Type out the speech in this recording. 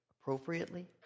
appropriately